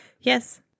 Yes